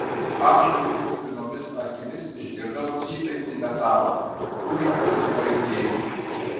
ašarų kupinomis akimis išgirdau cypiantį metalą užraktas pajudėjo